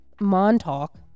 Montauk